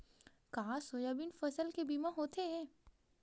का सोयाबीन फसल के बीमा होथे?